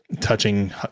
touching